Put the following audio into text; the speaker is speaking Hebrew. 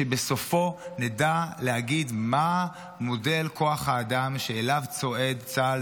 שבסופו נדע להגיד מה מודל כוח האדם שאליו צועד צה"ל